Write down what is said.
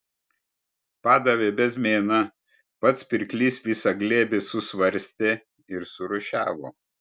padavė bezmėną pats pirklys visą glėbį susvarstė ir surūšiavo